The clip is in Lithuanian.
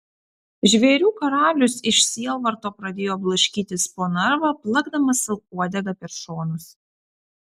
žvėrių karalius iš sielvarto pradėjo blaškytis po narvą plakdamas sau uodega per šonus